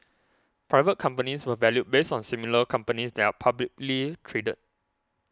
private companies were valued based on similar companies that are publicly traded